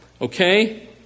Okay